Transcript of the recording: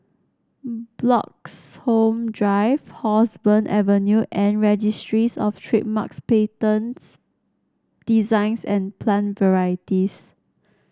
Bloxhome Drive Roseburn Avenue and Registries Of Trademarks Patents Designs and Plant Varieties